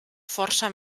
força